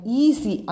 Easy